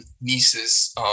niece's